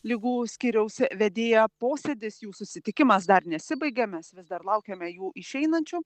ligų skyriaus vedėja posėdis jų susitikimas dar nesibaigia mes vis dar laukiame jų išeinančių